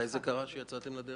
מתי יצאתם לדרך?